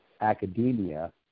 academia